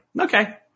okay